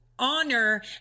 honor